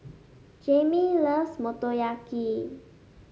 Jaimee loves Motoyaki